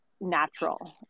natural